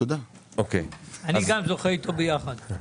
אני זוכה איתו ביחד.